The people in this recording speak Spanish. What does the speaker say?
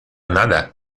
nada